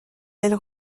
elle